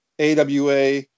AWA